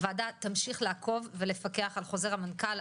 העודה תמשיך לעקוב ולפקח על חוזר המנכ"ל,